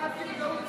ההסתייגות (13)